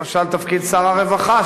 למשל תפקיד שר הרווחה,